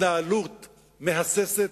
התנהלות מהססת,